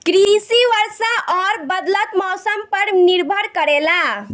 कृषि वर्षा और बदलत मौसम पर निर्भर करेला